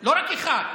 לא רק אחד.